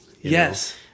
Yes